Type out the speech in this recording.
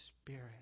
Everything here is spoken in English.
Spirit